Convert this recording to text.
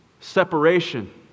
separation